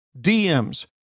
DMs